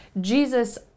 Jesus